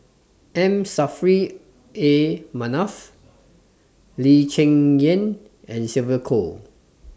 M Saffri A Manaf Lee Cheng Yan and Sylvia Kho